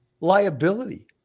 liability